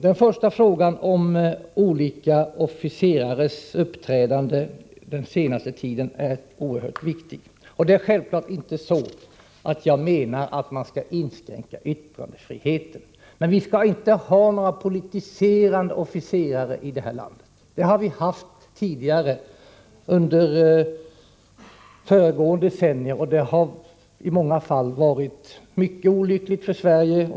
Den första frågan, om olika officerares uppträdande den senaste tiden, är oerhört viktig. Jag menar självfallet inte att man skall inskränka yttrandefriheten. Men vi skall inte ha några politiserande officerare här i landet. Det har vi haft under tidigare decennier, och det har i många fall varit mycket olyckligt för Sverige.